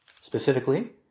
specifically